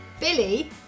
Billy